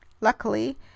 Luckily